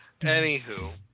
Anywho